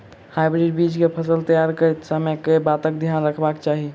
Hybrid बीज केँ फसल तैयार करैत समय कऽ बातक ध्यान रखबाक चाहि?